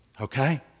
Okay